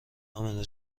امنه